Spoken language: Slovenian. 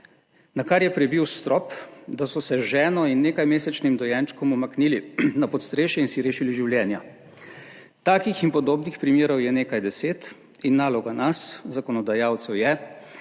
nakar je prebil strop, da so se z ženo in nekaj mesečnim dojenčkom umaknili na podstrešje in si rešili življenja. Takih in podobnih primerov je nekaj deset in naloga nas zakonodajalcev je,